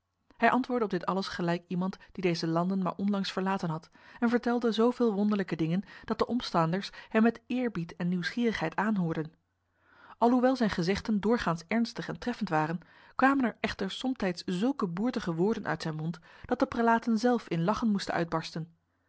hij antwoordde op dit alles gelijk iemand die deze landen maar onlangs verlaten had en vertelde zoveel wonderlijke dingen dat de omstaanders hem met eerbied en nieuwsgierigheid aanhoorden alhoewel zijn gezegden doorgaans ernstig en treffend waren kwamen er echter somtijds zulke boertige woorden uit zijn mond dat de prelaten zelf in lachen moesten uitbarsten